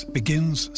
begins